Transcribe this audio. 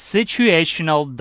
Situational